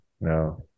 No